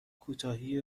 کوتاهی